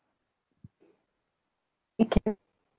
it can